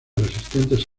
resistentes